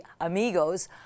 amigos